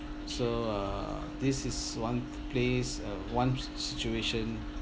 so uh this is one place uh one situation